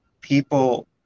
People